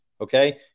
okay